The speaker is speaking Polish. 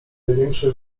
największy